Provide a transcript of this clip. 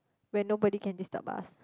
when nobody can disturb us